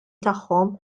tagħhom